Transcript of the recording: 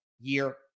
year